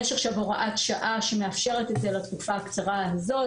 יש עכשיו הוראת שעה שמאפשרת את זה לתקופה הקצרה הזו.